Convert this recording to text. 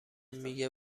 میگه